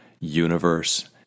universe